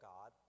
God